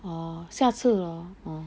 orh 下次 lor hor